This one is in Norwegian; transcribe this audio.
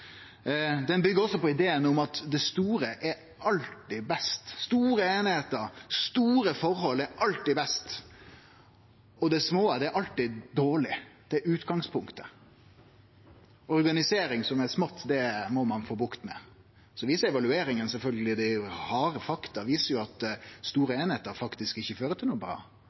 Den byggjer også på ideen om at det store er alltid best – store einingar og store forhold er alltid best, og det småe er alltid dårlig. Det er utgangspunktet. Organisering som er smått, må ein få bukt med. Evalueringane, dei harde fakta, viser sjølvsagt at store einingar faktisk ikkje fører til noko bra.